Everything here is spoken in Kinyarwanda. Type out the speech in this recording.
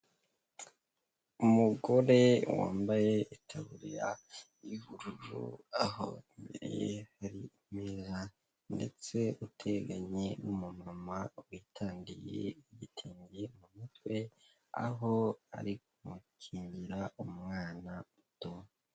Umugore wambaye itaburiya y’ubururu aho hari ndetse uteganye n'umumama witandiye igitenge mu mutwe aho ari gukingira umwana muto…